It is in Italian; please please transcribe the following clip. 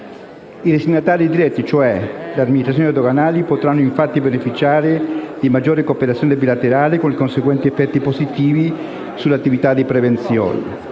I destinatari diretti, cioè le amministrazioni doganali, potranno infatti beneficiare di maggiore cooperazione bilaterale, con i conseguenti effetti positivi sulle attività di prevenzione.